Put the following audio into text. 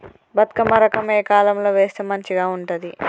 బతుకమ్మ రకం ఏ కాలం లో వేస్తే మంచిగా ఉంటది?